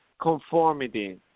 conformity